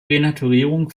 renaturierung